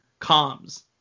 comms